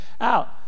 out